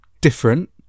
different